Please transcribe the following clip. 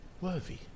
worthy